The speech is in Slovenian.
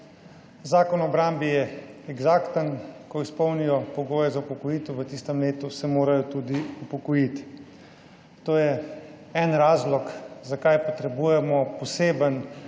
Zakon o obrambi je eksakten, ko izpolnijo pogoje za upokojitev, se morajo v tistem letu tudi upokojiti. To je en razlog, zakaj potrebujemo poseben